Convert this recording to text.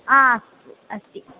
आ अस्तु अस्ति